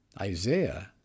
Isaiah